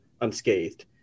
unscathed